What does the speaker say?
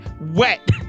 wet